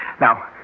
Now